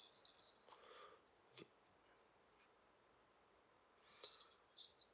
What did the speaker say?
K